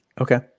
Okay